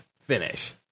finish